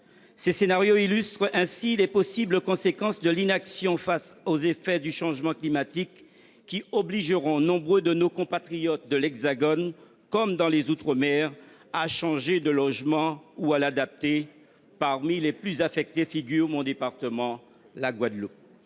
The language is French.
Ces scénarios illustrent les possibles conséquences de l’inaction face aux effets du changement climatique, qui obligeront nombre de nos compatriotes de l’Hexagone comme des outre mer à changer de logement ou à l’adapter. Parmi les personnes les plus affectées figurent les habitants de mon département, la Guadeloupe,